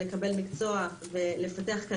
לפתח מקצוע וקריירה,